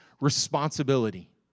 responsibility